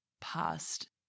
past